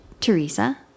Teresa